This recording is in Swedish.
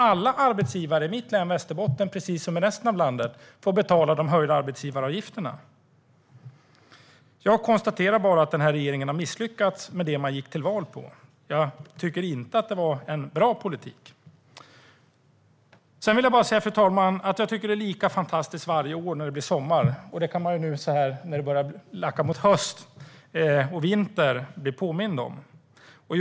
Alla arbetsgivare i mitt hemlän Västerbotten, liksom i resten av landet, får dock betala de höjda arbetsgivaravgifterna. Jag konstaterar bara att den här regeringen har misslyckats med det den gick till val på - jag tycker inte att det var en bra politik. Sedan, fru talman, vill jag bara säga att jag tycker att det är lika fantastiskt varje år när det blir sommar. Nu när det börjar lacka mot höst och vinter kan man ju bli påmind om det.